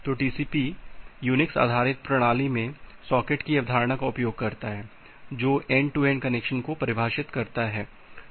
तो TCP Unix आधारित प्रणाली में सॉकेट की अवधारणा का उपयोग करता है जो एन्ड टू एन्ड कनेक्शन को परिभाषित करता है